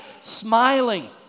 smiling